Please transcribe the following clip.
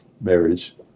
marriage